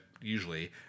usually